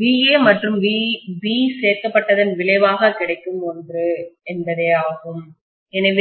vA மற்றும் vB சேர்க்கப்பட்டதன் விளைவாக கிடைக்கும் ஒன்று எனவே இதுvAB